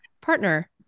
partner